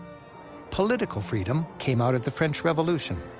political freedom came out of the french revolution,